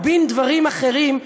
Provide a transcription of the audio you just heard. או בן דברים אחרים,